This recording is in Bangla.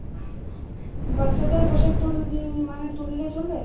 বাচ্চাদের পোশাক তুল মানে তুললে চলবে